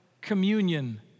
communion